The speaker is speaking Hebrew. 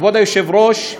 כבוד היושב-ראש,